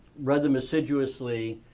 read them assiduously.